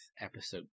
episode